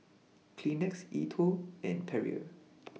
Kleenex E TWOW and Perrier